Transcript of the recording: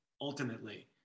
ultimately